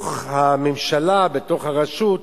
בתוך הממשלה, בתוך הרשות,